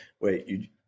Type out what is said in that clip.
wait